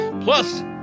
Plus